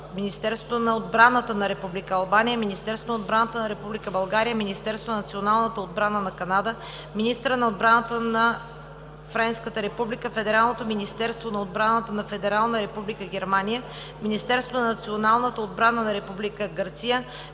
Министерството на отбраната на Република Албания, Министерството на отбраната на Република България, Министерството на националната отбрана на Канада, министъра на отбраната на Френската република, Федералното министерство на отбраната на Федерална република Германия, Министерството на националната отбрана на Република